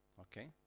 Okay